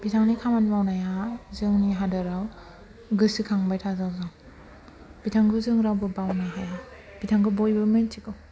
बिथांनि खामानि मावनाया जोंनि हादराव गोसोखांबाय थाथावथाव बिथांखौ जों रावबो बावनो हाया बिथांखौ बयबो मिथिगौ